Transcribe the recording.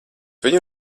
viņu